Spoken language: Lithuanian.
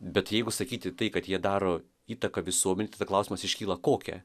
bet jeigu sakyti tai kad jie daro įtaką visuomenei tada klausimas iškyla kokią